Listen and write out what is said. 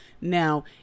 Now